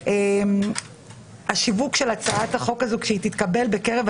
אם יש ישיבה ברחוב הלל 24, והוא נותן לי